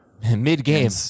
Mid-game